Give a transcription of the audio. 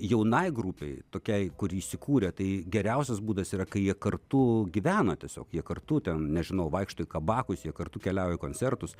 jaunai grupei tokiai kuri įsikūrė tai geriausias būdas yra kai jie kartu gyvena tiesiog jie kartu ten nežinau vaikšto į kabakus jie kartu keliauja į koncertus